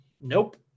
Nope